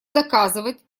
доказывать